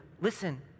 listen